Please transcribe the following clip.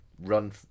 run